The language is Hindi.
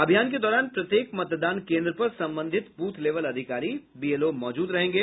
अभियान के दौरान प्रत्येक मतदान केन्द्र पर संबंधित ब्रथ लेवल अधिकारी बीएलओ मौजूद रहेंगे